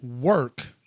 work